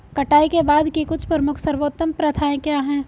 कटाई के बाद की कुछ प्रमुख सर्वोत्तम प्रथाएं क्या हैं?